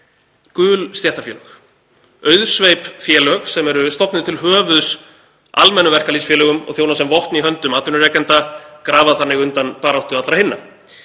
gul stéttarfélög, auðsveip félög sem eru stofnuð til höfuðs almennum verkalýðsfélögum og þjóna sem vopn í höndum atvinnurekenda, grafa þannig undan baráttu allra hinna.